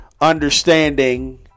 understanding